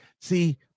See